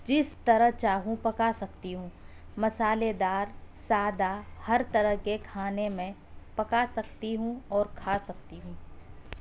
جس طرح چاہوں پکا سکتی ہوں مصالحے دار سادہ ہر طرح کے کھانے میں پکا سکتی ہوں اور کھا سکتی ہوں